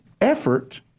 Effort